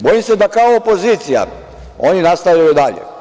Bojim se da kao opozicija oni nastavljaju dalje.